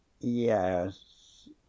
yes